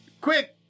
Quick